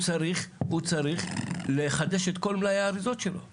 לא נעים להגיד לך מי אשם שהם פה,